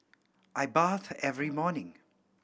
I bathe every morning